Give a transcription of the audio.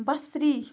بصری